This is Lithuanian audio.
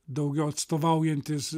daugiau atstovaujantis